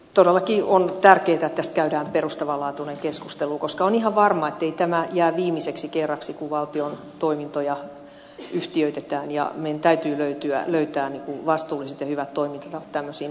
todellakin on tärkeätä että tästä käydään perustavanlaatuinen keskustelu koska on ihan varmaa ettei tämä jää viimeiseksi kerraksi kun valtion toimintoja yhtiöitetään ja meidän täytyy löytää vastuulliset ja hyvät toimintatavat tämmöisiin tilanteisiin